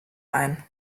ein